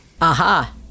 Aha